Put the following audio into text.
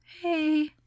Hey